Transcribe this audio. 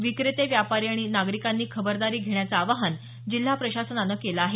विक्रेते व्यापारी आणि नागरीकांनी खबरदारी घेण्याचं आवाहन जिल्हा प्रशासनानं केलं आहे